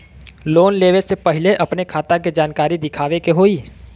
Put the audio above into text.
Loan लेवे से पहिले अपने खाता के जानकारी दिखावे के होई?